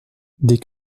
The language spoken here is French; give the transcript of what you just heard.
dès